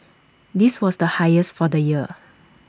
this was the highest for the year